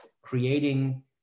creating